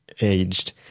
aged